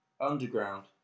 Underground